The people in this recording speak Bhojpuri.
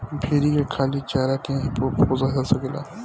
भेरी के खाली चारा के ही पोसल जा सकेला